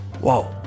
Whoa